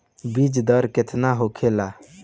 बीज दर केतना होला?